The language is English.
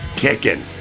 Kicking